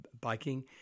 biking